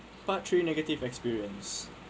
part three negative experience